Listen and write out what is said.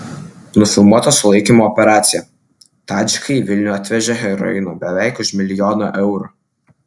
nufilmuota sulaikymo operacija tadžikai į vilnių atvežė heroino beveik už milijoną eurų